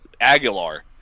Aguilar